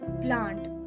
plant